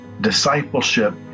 discipleship